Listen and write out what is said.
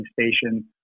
station